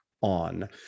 on